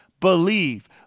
Believe